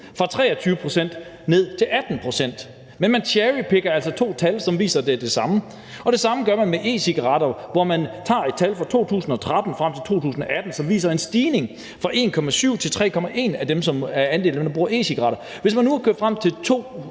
fra 23 pct. ned til 18 pct. Men man cherrypicker altså to tal, som viser, at det er det samme, og det samme gør man med e-cigaretter, hvor man tager tal fra 2013 og frem til 2018, som viser en stigning fra 1,7 pct. til 3,1 pct. i forhold til andelen, der bruger e-cigaretter. Hvis man nu var kørt frem til